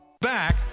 Back